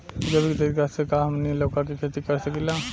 जैविक तरीका से का हमनी लउका के खेती कर सकीला?